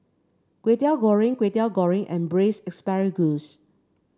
Kway Teow Goreng Kway Teow Goreng and Braised Asparagus